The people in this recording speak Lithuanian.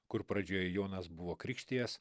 kur pradžioje jonas buvo krikštijęs